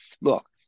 look